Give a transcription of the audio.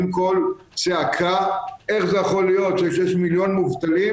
קול צעקה איך זה יכול להיות שכשיש מיליון מובטלים,